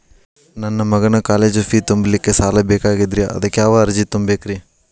ನನ್ನ ಮಗನ college fee ತುಂಬಲಿಕ್ಕೆ ಸಾಲ ಬೇಕಾಗೆದ್ರಿ ಅದಕ್ಯಾವ ಅರ್ಜಿ ತುಂಬೇಕ್ರಿ?